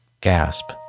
gasp